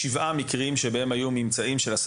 שבעה מקרים שהממצאים בהם היו הסתה